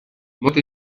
molto